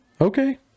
Okay